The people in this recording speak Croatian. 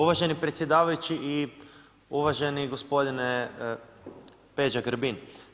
Uvaženi predsjedavajući i uvaženi gospodine Peđa Grbin.